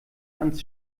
ans